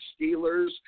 Steelers